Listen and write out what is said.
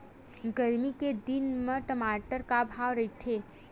गरमी के दिन म टमाटर का भाव रहिथे?